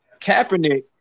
Kaepernick